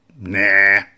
Nah